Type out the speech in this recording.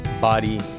body